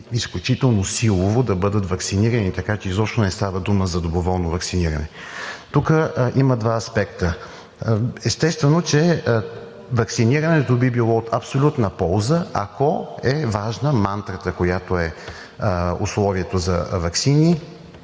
изключително силово да бъдат ваксинирани, така че изобщо не става дума за доброволно ваксиниране. Тук има два аспекта. Естествено, че ваксинирането би било от абсолютна полза, ако е важна мантрата, която е условието за ваксини,